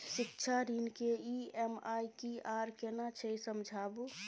शिक्षा ऋण के ई.एम.आई की आर केना छै समझाबू?